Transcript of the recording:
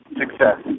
success